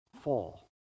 fall